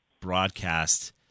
broadcast